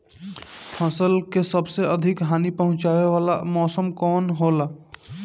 फसल के सबसे अधिक हानि पहुंचाने वाला मौसम कौन हो ला?